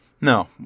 No